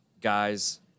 Guys